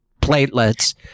platelets